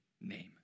name